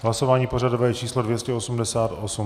Hlasování pořadové číslo 288.